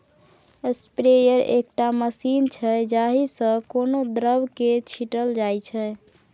sprayer एकटा machine छै जाहि सँ कोनो द्रब केँ छीटल जाइ छै